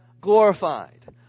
glorified